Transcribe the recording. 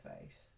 face